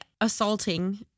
assaulting